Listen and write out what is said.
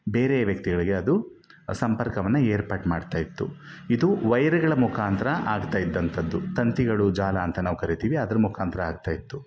ಬೇರೆ ವ್ಯಕ್ತಿಗಳಿಗೆ ಅದು ಸಂಪರ್ಕವನ್ನು ಏರ್ಪಾಡು ಮಾಡ್ತಾಯಿತ್ತು ಇದು ವೈರ್ಗಳ ಮುಖಾಂತರ ಆಗ್ತಾಯಿದ್ದಂಥದ್ದು ತಂತಿಗಳು ಜಾಲ ಅಂತ ನಾವು ಕರಿತೀವಿ ಅದರ ಮುಖಾಂತರ ಆಗ್ತಾಯಿತ್ತು